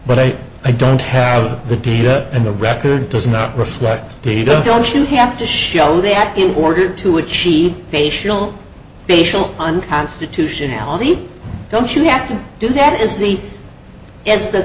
but i i don't have the data and the record does not reflect data don't you have to show that in order to achieve facial facial unconstitutionality don't you have to do that is the s the